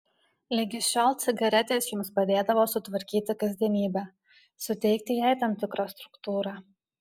ligi šiol cigaretės jums padėdavo sutvarkyti kasdienybę suteikti jai tam tikrą struktūrą